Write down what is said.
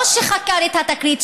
לא שחקר את התקרית,